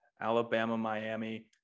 Alabama-Miami